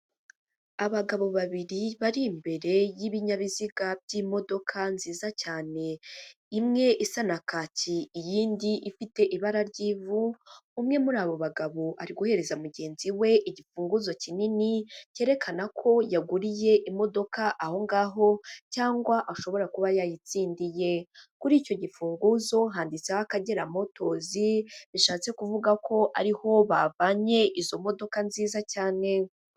Abagabo babiri bari imbere y'ibinyabiziga by'imodoka nziza cyane, imwe isa na kaki iy'indi ifite ibara ry'ivu, umwe muri abo bagabo ari guhereza mugenzi we igifunguzo kinini cyerekana ko yaguriye imodoka aho ngaho cyangwa ashobora kuba yayitsindiye, kuri icyo gifunguzo handitseho Akagera motozi, bishatse kuvuga ko ariho bavanye izo modoka nziza cyane.